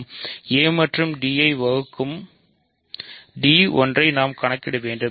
a மற்றும் d ஐ வகுக்கும் d ஒன்றை நாம் காட்ட வேண்டும்